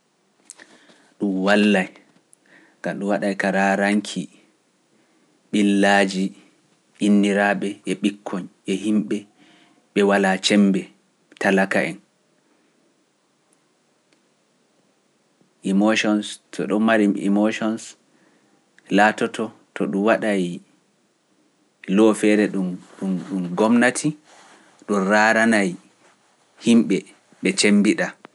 Ɗum wallay, ka ɗum waɗay ka raaraŋki, ɓillaaji inniraaɓe e ɓikko e yimɓe ɓe walaa cembe talaka en. Emotions, so ɗum mari emotions laatoto to ɗum waɗay loofere ɗum, ɗum gomnati, ɗum raarana yi, yimɓe ɓe cembiɗa.